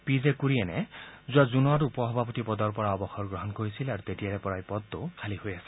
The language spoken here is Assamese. পি জে কুৰিয়েনে যোৱা জুনত উপ সভাপতি পদৰ পৰা অৱসৰ গ্ৰহণ কৰিছিল আৰু তেতিয়াৰ পৰাই এই পদটো খালী হৈ আছে